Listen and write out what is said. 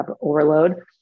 overload